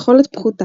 יכולת פחותה